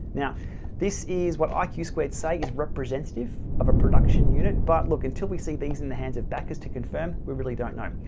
yeah this is what like iq squared say is representative of a production unit but look until we see things in the hands of backers to confirm. we really don't know.